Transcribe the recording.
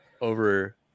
over